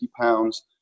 pounds